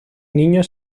niño